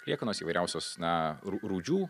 liekanos įvairiausios na rū rūdžių